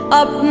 up